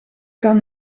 kan